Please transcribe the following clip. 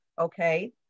okay